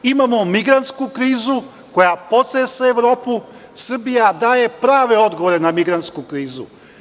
Imamo migrantsku krizu koja potresa Evropu, a Srbija daje prave odgovore na migrantsku krizu.